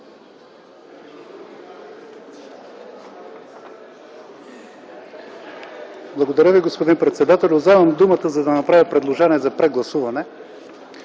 Благодаря Ви, господин председател. Вземам думата, за да направя предложение за прегласуване